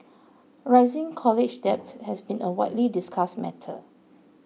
rising college debt has been a widely discussed matter